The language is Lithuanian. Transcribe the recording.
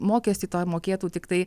mokestį tą mokėtų tiktai